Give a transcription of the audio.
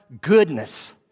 goodness